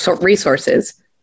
resources